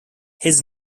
his